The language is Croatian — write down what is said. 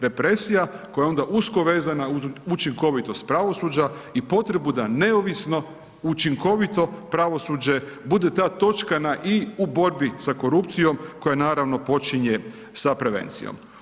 Depresija koja je onda usko vezana uz učinkovitost pravosuđa i potrebu da neovisno, učinkovito pravosuđe bude ta točka na i u borbi sa korupcijom koja naravno počinje sa prevencijom.